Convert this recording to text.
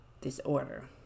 disorder